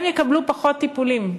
יקבלו פחות טיפולים.